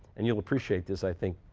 and you'll appreciate this, i think,